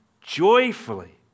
joyfully